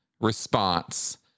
response